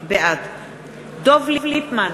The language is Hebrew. בעד דב ליפמן,